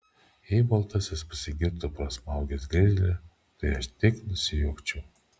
jei baltasis pasigirtų pasmaugęs grizlį tai aš tik nusijuokčiau